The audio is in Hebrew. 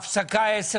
הישיבה ננעלה בשעה